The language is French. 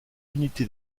unité